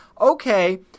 okay